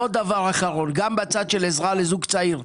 דבר אחרון, גם בצד של עזרה לזוג צעיר.